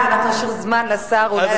אולי תשאיר זמן לשר, אולי אתה טועה שם.